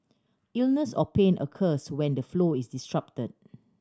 illness or pain occurs when the flow is disrupted